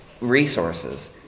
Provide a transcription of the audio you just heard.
Resources